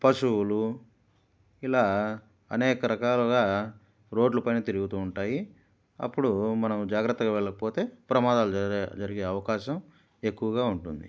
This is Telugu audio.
పశువులు ఇలా అనేక రకాలుగా రోడ్లు పైన తిరుగుతూ ఉంటాయి అప్పుడు మనం జాగ్రత్తగా వెళ్ళకపోతే ప్రమాదాలు జగ జరిగే అవకాశం ఎక్కువగా ఉంటుంది